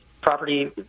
property